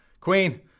Queen